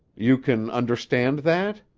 you can understand that?